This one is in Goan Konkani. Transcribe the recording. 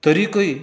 तरीकूय